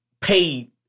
paid